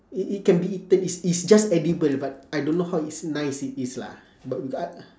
i~ it can be eaten is is just edible but I don't know how is nice it is lah but we